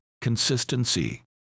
consistency